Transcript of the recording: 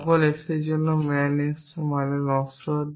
সকল x এর জন্য man x মানে নশ্বর